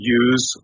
use